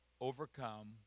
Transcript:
overcome